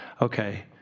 okay